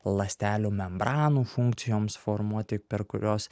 ląstelių membranų funkcijoms formuoti per kurios